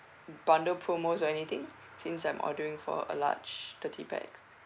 bundle promos or anything since I'm ordering for a large thirty pax